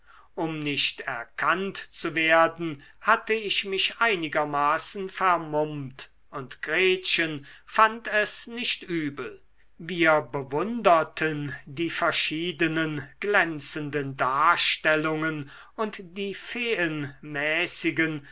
um nicht erkannt zu werden hatte ich mich einigermaßen vermummt und gretchen fand es nicht übel wir bewunderten die verschiedenen glänzenden darstellungen und die feenmäßigen